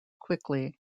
quickly